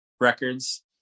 records